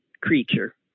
creature